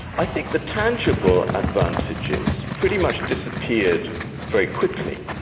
i think the tangible advantages pretty much disappeared very quickly.